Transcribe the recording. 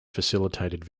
facilitated